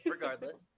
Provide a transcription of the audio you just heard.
Regardless